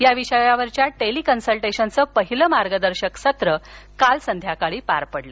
या विषयावरील टेली कन्सलटेशनचं पहिलं मार्गदर्शन सत्र काल संध्याकाळी पार पडलं